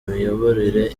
miyoborere